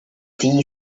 tea